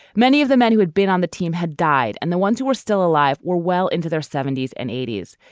many of the men who had been on the team had died. and the ones who were still alive were well into their seventy s and eighty s.